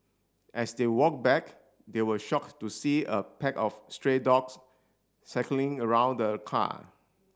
as they walked back they were shocked to see a pack of stray dogs circling around the car